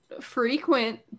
frequent